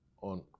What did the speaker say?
on